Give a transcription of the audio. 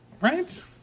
Right